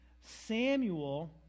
Samuel